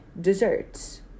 desserts